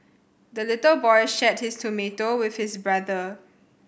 the little boy shared his tomato with his brother